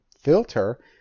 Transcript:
filter